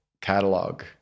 catalog